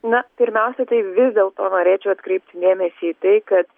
na pirmiausia tai vis dėlto norėčiau atkreipti dėmesį į tai kad